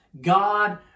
God